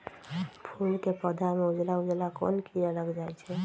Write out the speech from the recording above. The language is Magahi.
फूल के पौधा में उजला उजला कोन किरा लग जई छइ?